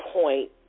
point